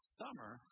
summer